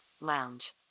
lounge